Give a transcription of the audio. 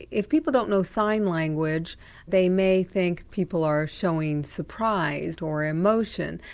if people don't know sign language they may think people are showing surprise or emotion.